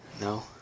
No